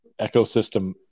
ecosystem